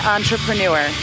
Entrepreneur